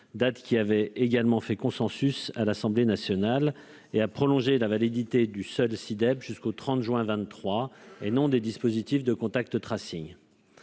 date qui avait également fait consensus à l'Assemblée nationale, et à prolonger la validité du seul SI-DEP jusqu'au 30 juin 2023, à l'exclusion des dispositifs de. Cette